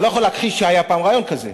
אתה לא יכול להכחיש שהיה פעם רעיון כזה.